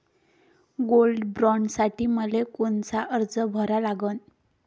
Gold बॉण्डसाठी मले कोनचा अर्ज भरा लागन?